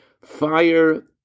fire